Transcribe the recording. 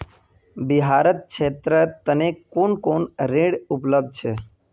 बिहारत छात्रेर तने कुन कुन ऋण उपलब्ध छे